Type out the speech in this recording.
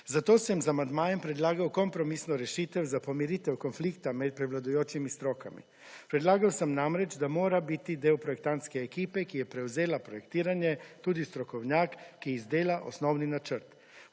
Zato sem z amandmajem predlagal kompromisno rešitev za pomiritev konflikta med prevladujočimi strokami. Predlagal sem namreč, da mora biti del projektantske ekipe, ki je prevzela projektiranje, tudi strokovnjak, ki izdela osnovni načrt.